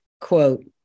quote